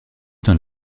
dans